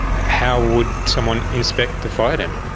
how would someone inspect the fire damper?